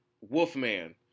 Wolfman